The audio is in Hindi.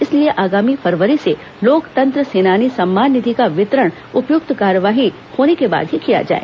इसलिए आगामी फरवरी से लोकतंत्र सेनानी सम्मान निधि का वितरण उपयुक्त कार्यवाही होने के बाद ही किया जाए